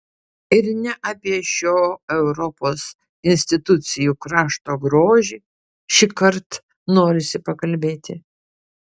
ir ne apie šio europos institucijų krašto grožį šįkart norisi pakalbėti